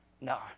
No